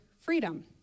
freedom